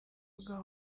ugaha